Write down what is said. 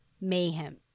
mayhem